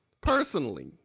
personally